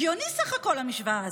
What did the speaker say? הגיונית בסך הכול, המשוואה הזאת.